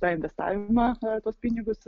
tą testavimą tuos pinigus